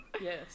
Yes